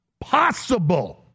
possible